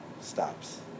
stops